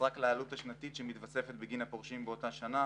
רק לעלות השנתית שמתווספת בגין הפורשים באותה שנה,